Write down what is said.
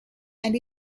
and